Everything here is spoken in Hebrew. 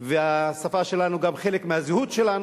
והשפה הערבית היא שפה רשמית.